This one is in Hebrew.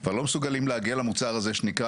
קודם כל בכלל היא סוברנית לקבל החלטה כזאת.